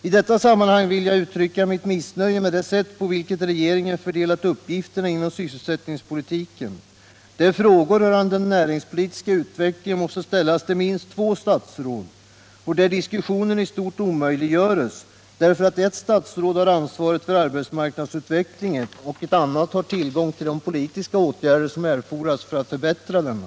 I detta sammanhang vill jag uttrycka mitt missnöje med det sätt på vilket regeringen fördelat uppgifterna inom sysselsättningspolitiken, där frågor rörande den näringspolitiska utvecklingen måste ställas till minst två statsråd och där diskussionen i stort omöjliggörs, därför att ett statsråd har ansvaret för arbetsmarknadsutvecklingen och ett annat har tillgång till de politiska åtgärder som erfordras för att förbättra denna.